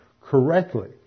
correctly